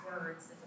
words